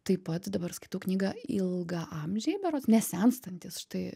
taip pat dabar skaitau knygą ilgaamžiai berods nesenstantys štai